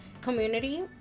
community